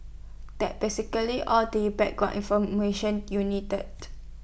that's basically all the background information you needed